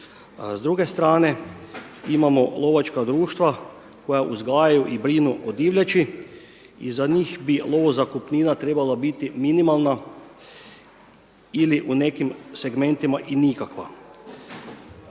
s druge strane imamo lovačka društva koja uzgajaju i brinu o divljači i za njih bi lovo zakupnina trebala biti minimalna ili u nekim segmentima i nikakva.